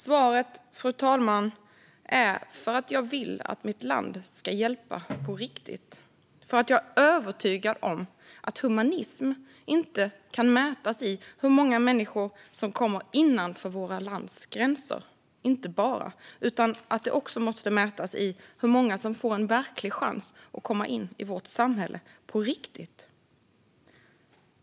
Svaret, fru talman, är: För att jag vill att mitt land ska hjälpa på riktigt och för att jag är övertygad om att humanism inte bara kan mätas i hur många som kommer in innanför vårt lands gränser utan också i hur många som får en verklig chans att komma in i vårt samhälle på riktigt.